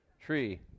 tree